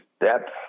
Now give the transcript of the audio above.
depth